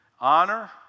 Honor